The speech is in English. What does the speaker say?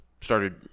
started